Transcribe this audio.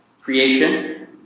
creation